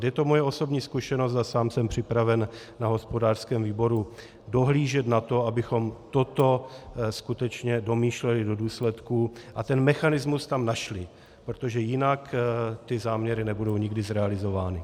Je to moje osobní zkušenost a sám jsem připraven na hospodářském výboru dohlížet na to, abychom toto skutečně domýšleli do důsledků a ten mechanismus tam našli, protože jinak záměry nikdy nebudou zrealizovány.